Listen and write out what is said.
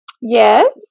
Yes